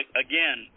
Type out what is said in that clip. again